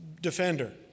defender